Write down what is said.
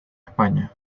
españa